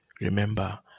Remember